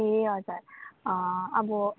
ए हजुर अब